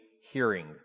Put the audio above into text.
hearing